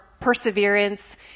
perseverance